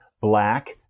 black